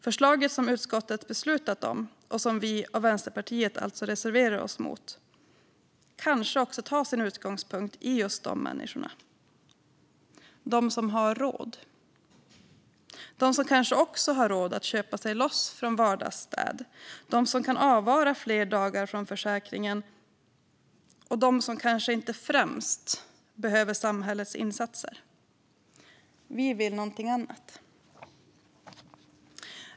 Förslaget som utskottet beslutat om, och som vi och Vänsterpartiet alltså reserverar oss mot, kanske också tar sin utgångspunkt i just de människorna - de som har råd, de som kanske också har råd att köpa sig loss från vardagsstäd, de som kan avvara fler dagar från försäkringen och de som kanske inte främst behöver samhällets insatser. Vi vill någonting annat.